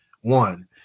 One